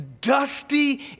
dusty